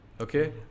okay